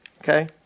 okay